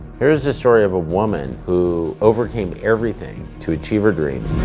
there's this story of a woman who overcame everything to achieve her dream.